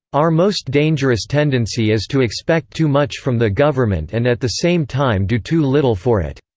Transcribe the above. our most dangerous tendency is to expect too much from the government and at the same time do too little for it.